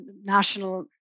national